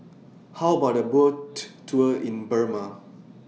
How about A Boat Tour in Burma